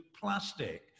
plastic